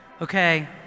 Okay